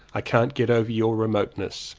i can't get over your remoteness.